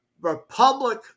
Republic